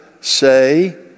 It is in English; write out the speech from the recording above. say